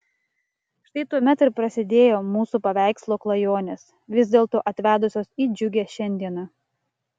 štai tuomet ir prasidėjo mūsų paveikslo klajonės vis dėlto atvedusios į džiugią šiandieną